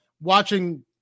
watching